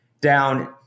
down